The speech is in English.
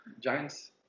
Giants